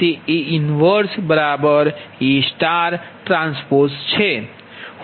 તે A 1AT છે